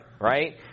right